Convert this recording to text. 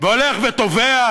והולך ותובע.